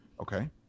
Okay